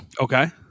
okay